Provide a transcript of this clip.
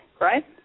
right